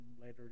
later